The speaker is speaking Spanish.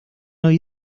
hoy